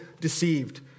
deceived